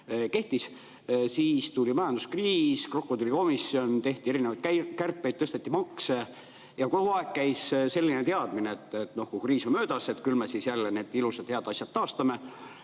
kehtis. Siis tuli majanduskriis, krokodillikomisjon, tehti erinevaid kärpeid, tõsteti makse. Kogu aeg käis selline teadmine, et kui kriis on möödas, küll me siis jälle need ilusad ja head asjad taastame.